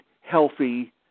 healthy